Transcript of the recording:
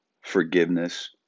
forgiveness